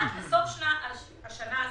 עד לסוף השנה הזו,